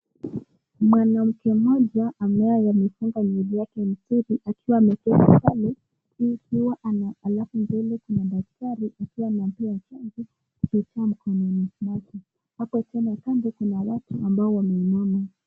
Mwanamke mmoja ambaye amefunga nywele yake mzuri akiwa ameketi pale alafu mbele kuna daktari akiwa anampea chanjo katika mkononi mwake. Hapo tena kando kuna watu ambao wameinama.